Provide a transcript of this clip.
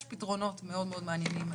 יש פתרונות מאוד מעניינים.